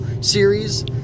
series